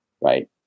right